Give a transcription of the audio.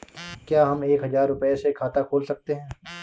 क्या हम एक हजार रुपये से खाता खोल सकते हैं?